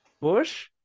Bush